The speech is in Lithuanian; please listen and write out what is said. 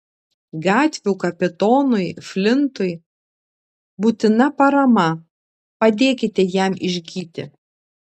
gatvių kapitonui flintui būtina parama padėkite jam išgyti